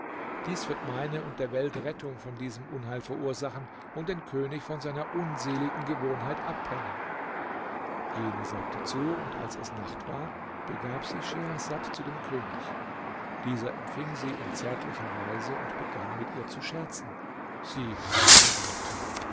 dies wird meine und der welt rettung von diesem unheil verursachen und den könig von seiner unseligen gewohnheit abbringen jene sagte zu und als es nacht war begab sich schehersad zu dem könig dieser empfing sie in zärtlicher weise und begann mit ihr zu scherzen sie aber weinte